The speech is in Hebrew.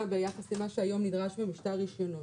ביחס למה שהיום נדרש במשטר הרישיונות,